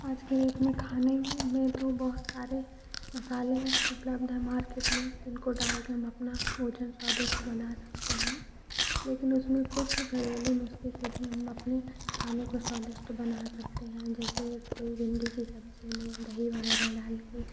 आज के डेट में खाने में तो बहुत सारे मसाले है उपलब्ध हैं मार्केट में जिनको डाल के हम अपना भोजन स्वादिष्ट बना सकते हैं लेकिन उसमें कुछ घरेलू नुस्ख़े से भी हम अपने खाने को स्वादिष्ट बना सकते हैं जैसे कोई भिंडी की सब्ज़ी में दही वग़ैरह डाल के